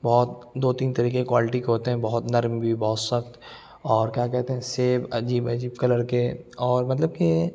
بہت دو تین طریقے کے کوالٹی کے ہوتے ہیں بہت نرم بھی بہت سخت اور کیا کہتے ہیں سیب عجیب عجیب کلر کے اور مطلب کہ